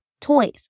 toys